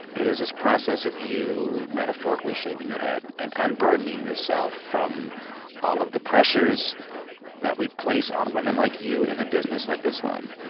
it is this process of you metaphorically shaving your head and unburdening yourself from all of the pressures that we place on women like you in a business like this one.